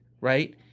right